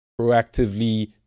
proactively